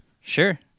Sure